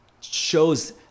shows